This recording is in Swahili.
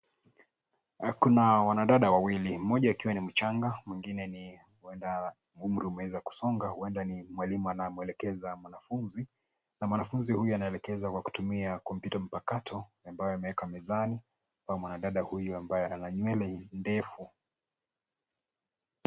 Kuna wanadada wawili mmoja akiwa ni mchanga ,mwingine umri umeweza kusoma, huenda ni mwalimu anamwelekeza mwanafunzi. Na mwanafunzi huyu anaelekezwa kwa kutumia kompyuta mpakato ambayo imewekwa mezani kwa mwanadada huyu ambaye ana nywele ndefu.